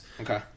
Okay